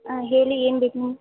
ಹಾಂ ಹೇಳಿ ಏನ್ಬೇಕು ಮ್ಯಾಮ್